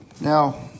Now